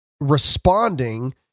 responding